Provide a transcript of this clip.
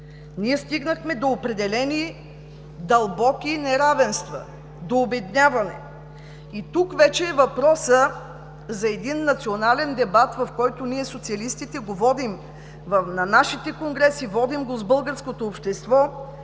Ние стигнахме до определени дълбоки неравенства, до обедняване. И тук вече е въпросът за един национален дебат, който ние, социалистите, водим на нашите конгреси, водим го с българското общество,